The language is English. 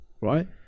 right